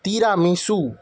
tiramisu